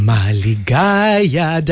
Maligaya